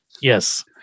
Yes